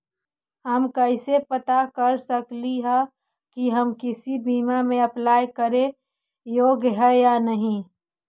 हम कैसे पता कर सकली हे की हम किसी बीमा में अप्लाई करे योग्य है या नही?